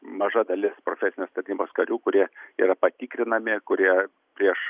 maža dalis profesinės tarnybos karių kurie yra patikrinami kurie prieš